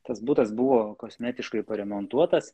tas butas buvo kosmetiškai paremontuotas